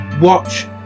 watch